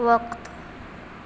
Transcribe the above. وقت